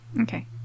Okay